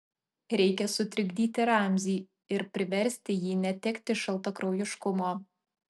reikia sutrikdyti ramzį ir priversti jį netekti šaltakraujiškumo